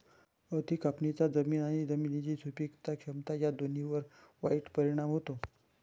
अति कापणीचा जमीन आणि जमिनीची सुपीक क्षमता या दोन्हींवर वाईट परिणाम होतो